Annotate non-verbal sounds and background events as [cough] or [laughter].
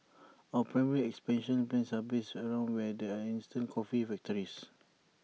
our primary [noise] expansion plans are based around where there are instant coffee factories [noise]